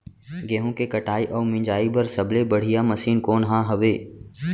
गेहूँ के कटाई अऊ मिंजाई बर सबले बढ़िया मशीन कोन सा हवये?